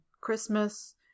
Christmas